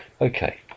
Okay